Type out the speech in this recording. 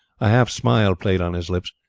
a half smile played on his lips,